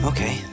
Okay